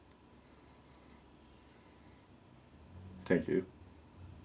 thank you